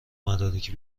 مدارک